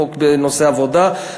וחוק בנושא עבודה,